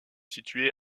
situé